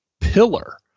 pillar